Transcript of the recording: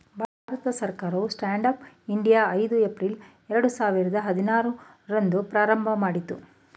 ಭಾರತ ಸರ್ಕಾರವು stand up India ಐದು April ಎರಡು ಸಾವಿರದ ಹದಿನಾರು ರಂದು ಪ್ರಾರಂಭಮಾಡಿತು